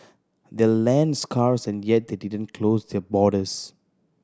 they're land scarce and yet they didn't close their borders